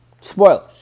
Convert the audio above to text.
Spoilers